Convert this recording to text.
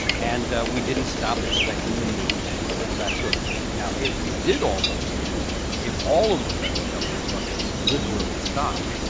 and we didn't stop inspecting the meat you know, that sort of thing. now, if you did all those things if all of the federal government's functions literally stopped,